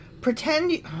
pretend